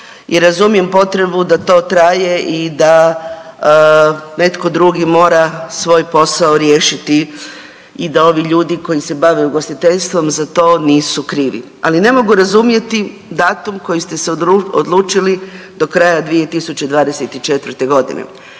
razumijem potrebu da to traje i da netko drugi mora svoj posao riješiti i da ovi ljudi koji se bave ugostiteljstvom za to nisu krivi, ali ne mogu razumjeti datum koji ste se odlučili do kraja 2024.g.